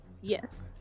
Yes